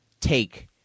take